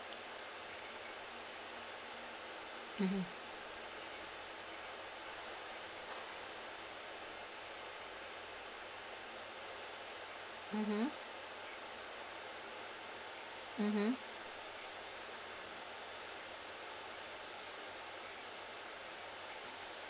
mmhmm mmhmm mmhmm